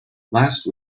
last